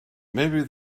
maybe